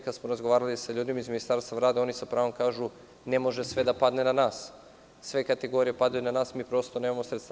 Kad smo razgovarali sa ljudima iz Ministarstva rada, oni sa pravom kažu – ne može sve da padne na nas, sve kategorije padaju na nas, a mi prosto nemamo sredstava.